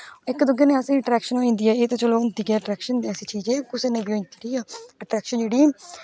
इक दूए कन्नै आसेंगी इंटरक्शन होई जंदी ऐ ते चलो होंदी गै ऐ अटरेक्शन ऐसी चीज ऐ कुसे ने बी होई जंदी ठीक ऐ अटरेक्शन जेहड़ी